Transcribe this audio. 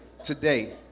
Today